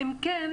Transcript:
אם כך,